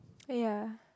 ya